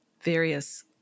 various